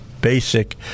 basic